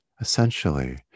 essentially